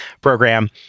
program